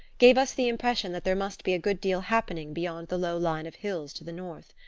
gave us the impression that there must be a good deal happening beyond the low line of hills to the north.